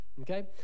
Okay